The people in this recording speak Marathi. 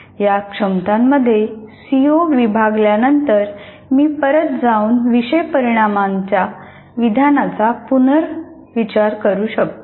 या क्षमतांमध्ये सीओ विभाग ल्यानंतर मी परत जाऊन विषय परिणामाच्या विधानाचा पुनर्विचार करू शकतो